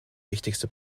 wichtigste